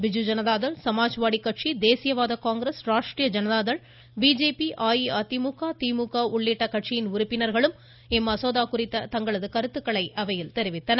பிஜு ஜனதா தள் சமாஜ்வாடி கட்சி தேசியவாத காங்கிரஸ் ராஷ்டிரிய ஜனதா தள் பிஜேபி அஇஅதிமுக திமுக உள்ளிட்ட கட்சியின் உறுப்பினர்களும் இந்த மசோதா குறித்து தங்களது கருத்துகளை தெரிவித்தனர்